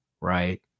right